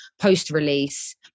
post-release